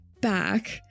back